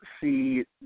see